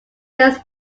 his